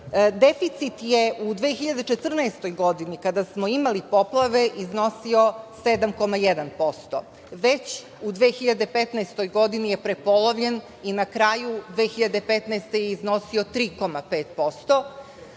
Deficit je u 2014. godini, kada smo imali poplave, iznosio 7,1%. Već u 2015. godini je prepolovljen i na kraju 2015. godine je iznosio 3,5%.